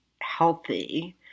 healthy